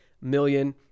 million